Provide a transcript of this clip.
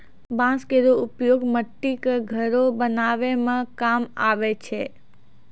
बांस केरो उपयोग मट्टी क घरो बनावै म काम आवै छै